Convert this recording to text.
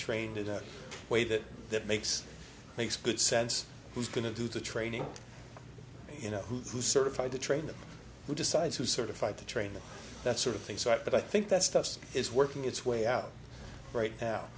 trained in a way that that makes makes good sense who's going to do the training you know who's who certified to train them who decides who certified to train that sort of thing so i think that stuff is working its way out right now